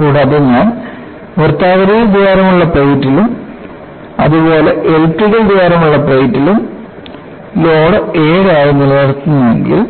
കൂടാതെ ഞാൻ വൃത്താകൃതിയിൽ ദ്വാരമുള്ള പ്ലേറ്റിൽ ഉം അതുപോലെ എലിപ്റ്റിക്കൽ ദ്വാരമുള്ള പ്ലേറ്റിൽ ഉം ലോഡ് 7 ആയി നിലനിർത്തുന്നുവെങ്കിൽ